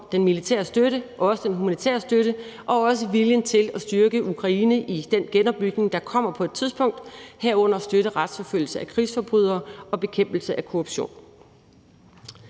den militære støtte og også om den humanitære støtte og viljen til at styrke Ukraine i den genopbygning, der kommer på et tidspunkt, herunder at støtte retsforfølgelse af krigsforbrydere og bekæmpelse af korruption.